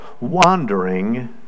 wandering